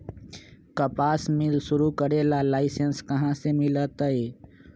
कपास मिल शुरू करे ला लाइसेन्स कहाँ से मिल तय